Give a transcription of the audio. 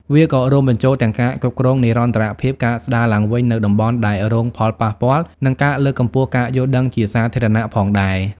វាក៏រួមបញ្ចូលទាំងការគ្រប់គ្រងនិរន្តរភាព ការស្ដារឡើងវិញនូវតំបន់ដែលរងផលប៉ះពាល់ និងការលើកកម្ពស់ការយល់ដឹងជាសាធារណៈផងដែរ។